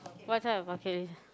what type of bucket list